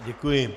Děkuji.